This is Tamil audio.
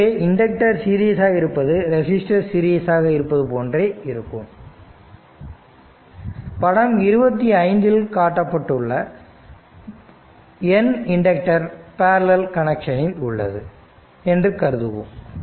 எனவே இண்டக்டர் சீரியஸாக இருப்பது ரெசிஸ்டர் சீரியஸாக இருப்பது போன்றே இருக்கும் படம் 25 இல் கட்டப்பட்டுள்ள படி N இண்டக்டர் பேரலல் கனெக்சனில் உள்ளது என்று கருதுவோம்